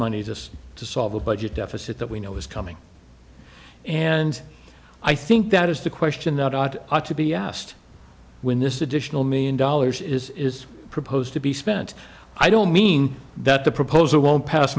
money just to solve a budget deficit that we know is coming and i think that is the question that ought to be asked when this additional million dollars is is proposed to be spent i don't mean that the proposal won't pass